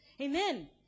Amen